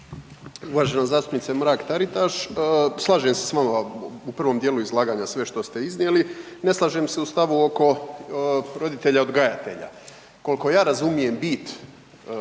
Uvažena zastupnice Mrak Taritaš. Slažem se s vama u prvom dijelu izlaganja, sve što ste iznijeli, ne slažem se u stavu oko roditelja odgajatelja. Kol'ko ja razumijem bit